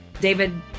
David